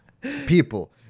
people